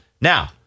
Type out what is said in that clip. Now